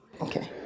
Okay